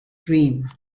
dream